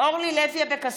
אינו נוכח